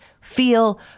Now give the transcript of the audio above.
feel